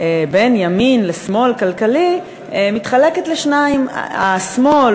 בין ימין לשמאל כלכלי מתחלקת לשניים: השמאל